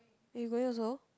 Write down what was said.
are you going also